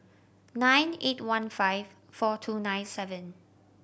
nine eight one five four two nine seven